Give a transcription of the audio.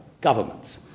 governments